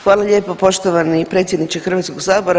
Hvala lijepo poštovani predsjedniče Hrvatskog sabora.